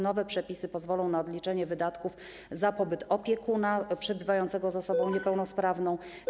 Nowe przepisy pozwolą na odliczenie wydatków za pobyt opiekuna przebywającego z osobą niepełnosprawną.